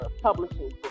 publishing